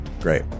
great